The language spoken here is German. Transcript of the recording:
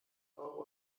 euro